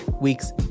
week's